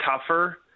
tougher